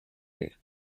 and